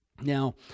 Now